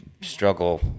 struggle